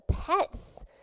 pets